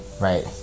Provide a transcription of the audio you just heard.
right